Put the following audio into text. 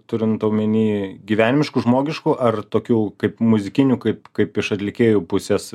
turint omeny gyvenimiškų žmogiškų ar tokių kaip muzikinių kaip kaip iš atlikėjų pusės